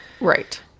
Right